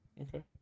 Okay